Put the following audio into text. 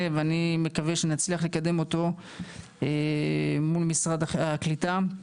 אני מקווה שנצליח לקדם זאת מול משרד הקליטה.